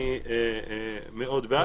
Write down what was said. אני מאוד בעד,